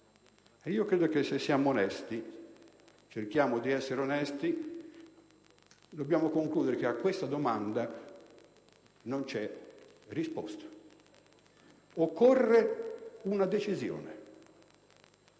Io credo che, se cerchiamo di essere onesti, dobbiamo concludere che a questa domanda non c'è risposta. Occorre una decisione.